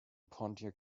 pontiac